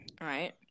right